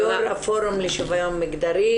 יו"ר הפורום לשוויון מגדרי.